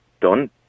done